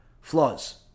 flaws